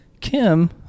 Kim